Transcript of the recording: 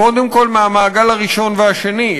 קודם כול מהמעגל הראשון והשני,